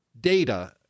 data